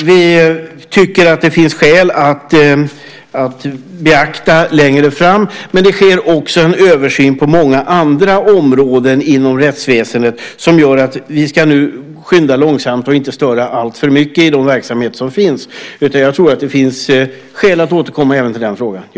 Vi tycker att det finns skäl att beakta det längre fram, men det sker en översyn på många andra områden inom rättsväsendet som gör att vi nu ska skynda långsamt och inte störa alltför mycket i de verksamheter som finns. Jag tror att det finns skäl att återkomma även till den frågan. Ja.